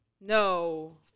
No